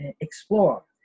explore